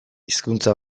hizkuntza